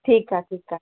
ठीक आहे ठीक आहे